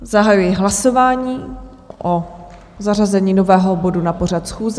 Zahajuji hlasování o pevném zařazení nového bodu na pořad schůze.